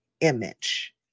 image